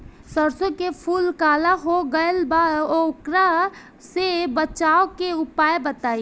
सरसों के फूल काला हो गएल बा वोकरा से बचाव के उपाय बताई?